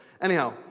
anyhow